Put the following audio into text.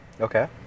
Okay